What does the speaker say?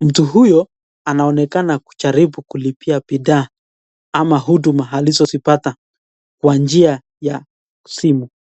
Mtu huyo anaonekana kujaribu kulipia bidhaa ama huduma alizozipata kwa njia ya simu.